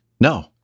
No